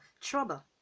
trouble